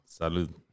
Salud